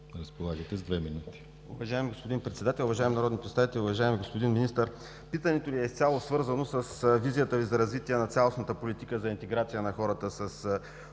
Разполагате с две минути.